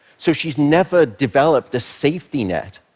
so she's never developed a safety net,